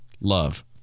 love